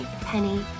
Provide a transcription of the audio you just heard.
penny